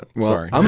Sorry